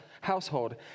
household